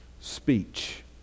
speech